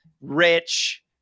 rich